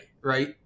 Right